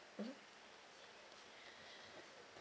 mmhmm